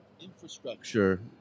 infrastructure